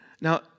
Now